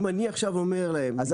אם אני עכשיו אומר להם לשתמש --- אז